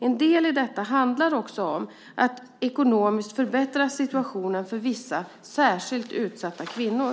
En del i detta handlar också om att ekonomiskt förbättra situationen för vissa särskilt utsatta kvinnor.